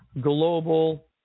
global